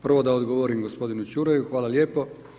Prvo da odgovorim gospodinu Čuraju, hvala lijepo.